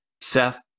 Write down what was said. Seth